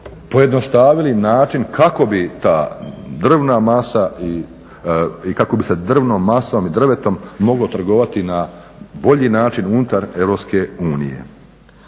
pojednostavili način kako bi se drvnom masom i drvetom moglo trgovati na bolji način unutar